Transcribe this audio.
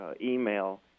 email